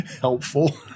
helpful